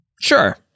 Sure